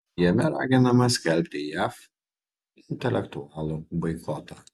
jame raginama skelbti jav intelektualų boikotą